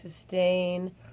sustain